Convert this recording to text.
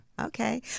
Okay